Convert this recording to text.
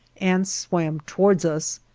and swam towards us,